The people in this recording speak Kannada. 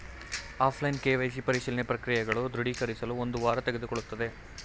ಆಫ್ಲೈನ್ ಕೆ.ವೈ.ಸಿ ಪರಿಶೀಲನೆ ಪ್ರಕ್ರಿಯೆಗಳು ದೃಢೀಕರಿಸಲು ಒಂದು ವಾರ ತೆಗೆದುಕೊಳ್ಳುತ್ತದೆ